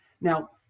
Now